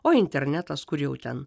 o internetas kur jau ten